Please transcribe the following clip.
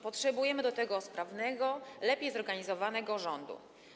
Potrzebujemy do tego sprawnego, lepiej zorganizowanego rządu”